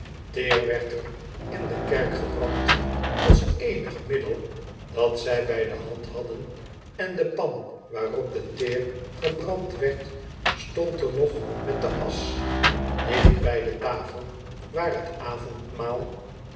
teer werd er in de kerk gebrand als éonig middel dat zij bij de hand hadden en de pan waarop de teer gebrand werd stond er nog met de asch dicht bij de tafel waarbij t avondmaal